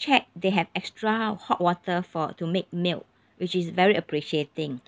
check they have extra hot water for to make milk which is very appreciating